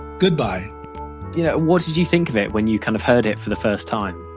goodbye yeah what did you think of it when you kind of heard it for the first time?